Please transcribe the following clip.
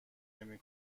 نمی